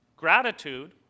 gratitude